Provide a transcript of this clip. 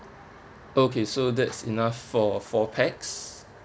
okay so that's enough for four pax